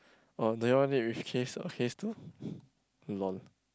oh that one that case case to lol